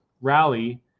rally